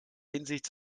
hinsicht